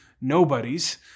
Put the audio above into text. nobodies